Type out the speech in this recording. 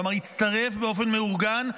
כלומר הצטרף באופן מאורגן,